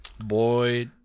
Boy